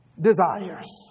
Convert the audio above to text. desires